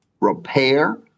repair